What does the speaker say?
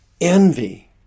Envy